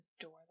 adore